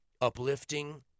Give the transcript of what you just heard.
uplifting